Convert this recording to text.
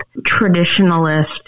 traditionalist